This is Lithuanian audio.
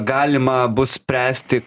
galima bus spręsti